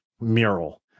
mural